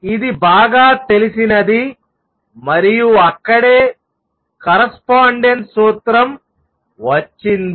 ఇది బాగా తెలిసినది మరియు అక్కడే కరస్పాండెన్స్ సూత్రం వచ్చింది